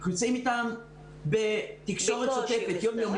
אנחנו נמצאים איתם בתקשורת יומיומית.